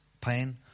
pain